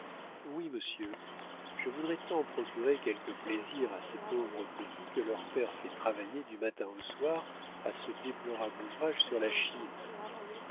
oui monsieur je voudrais tant procurer quelques plaisirs à ces pauvres petits que leur père fait travailler du matin au soir à ce déplorable ouvrage sur la chine